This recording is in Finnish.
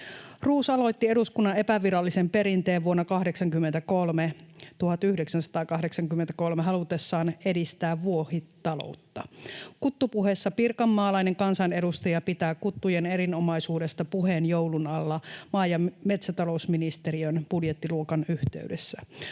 Roos aloitti eduskunnan epävirallisen perinteen vuonna 1983 halutessaan edistää vuohitaloutta. Kuttupuheessa pirkanmaalainen kansanedustaja pitää kuttujen erinomaisuudesta puheen joulun alla maa- ja metsätalousministeriön budjettiluokan yhteydessä.